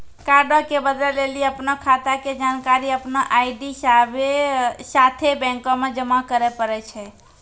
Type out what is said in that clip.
कार्डो के बदलै लेली अपनो खाता के जानकारी अपनो आई.डी साथे बैंको मे जमा करै पड़ै छै